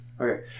Okay